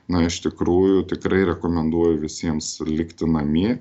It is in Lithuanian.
na iš tikrųjų tikrai rekomenduoju visiems likti namie